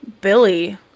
Billy